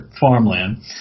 farmland